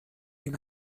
این